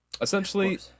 Essentially